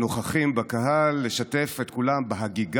שהבטיח שוויון ודאגה לרווחתם של כל אזרחי ישראל,